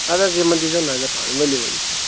اَدٕ حظ یِمَن دیٖزیو نَظر پانَے ؤلِو ؤلِو کیٚنہہ چھُنہٕ